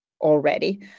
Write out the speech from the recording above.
already